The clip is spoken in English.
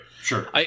Sure